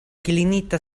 klinita